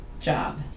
job